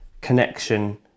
connection